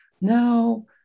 Now